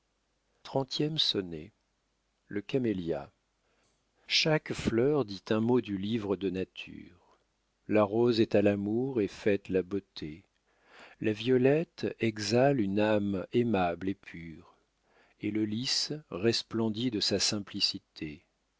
trentième sonnet le camélia chaque fleur dit un mot du livre de nature la rose est à l'amour et fête la beauté la violette exhale une âme aimante et pure et le lis resplendit de sa simplicité